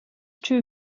true